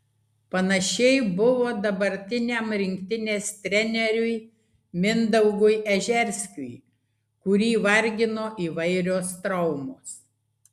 panašiai buvo dabartiniam rinktinės treneriui mindaugui ežerskiui kurį vargino įvairios traumos